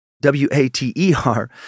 W-A-T-E-R